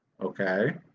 Okay